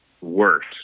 worse